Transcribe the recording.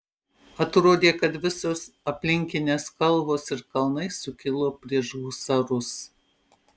atrodė kad visos aplinkinės kalvos ir kalnai sukilo prieš husarus